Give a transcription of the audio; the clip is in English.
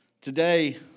today